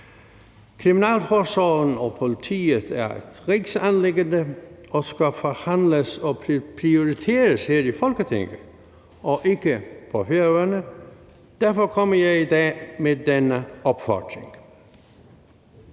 Kriminalforsorgen og politiet er et rigsanliggende og skal forhandles og prioriteres her i Folketinget og ikke på Færøerne, og derfor kommer jeg i dag med denne opfordring.